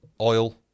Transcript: Oil